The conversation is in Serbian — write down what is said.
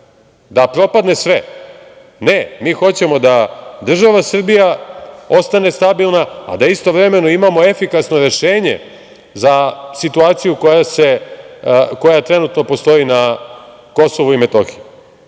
da propadne sve. Ne, mi hoćemo da država Srbija ostane stabilna, a da istovremeno imamo efikasno rešenje za situaciju koja trenutno postoji na Kosovu i Metohiji. Sada,